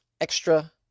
extra